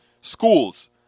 schools